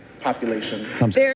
populations